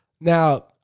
now